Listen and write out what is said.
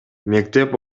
мектеп